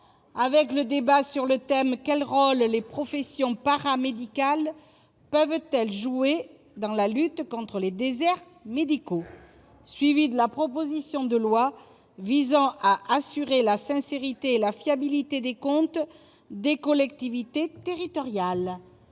: 3. Débat sur le thème :« Quel rôle les professions paramédicales peuvent-elles jouer dans la lutte contre les déserts médicaux ?»; 4. Proposition de loi visant à assurer la sincérité et la fiabilité des comptes des collectivités territoriales